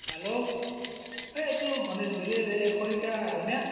hello এ এইটো গণেশগুৰিৰ এই খৰিকা হয়নে